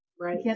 right